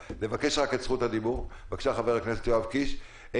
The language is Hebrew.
חבר הכנסת יואב קיש, בבקשה.